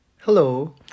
Hello